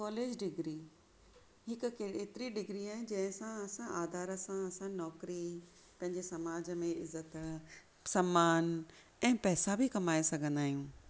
college degree हिकु हेतिरी degree आहे जंहिं सां असां आधार सां असां नौकिरी पंहिंजे समाज में इज़त सम्मान ऐं पैसा बि कमाए सघंदा आहियूं